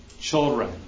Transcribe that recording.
Children